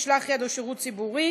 משלח יד או שירות ציבורי.